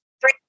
Three